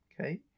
Okay